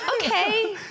Okay